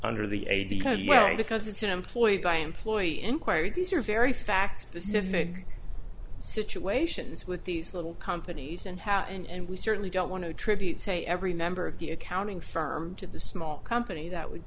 under the ada because well because it's an employee by employee inquiry these are very fact specific situations with these little companies and how and we certainly don't want to attribute say every member of the accounting firm to the small company that would